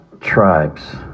tribes